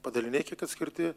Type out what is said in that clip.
padaliniai kiek atskirti